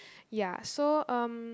ya so um